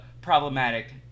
problematic